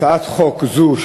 הצעת חוק זו,